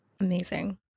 Amazing